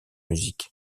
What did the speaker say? musique